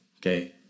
okay